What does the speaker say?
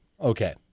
Okay